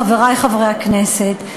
חברי חברי הכנסת,